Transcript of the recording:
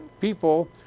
people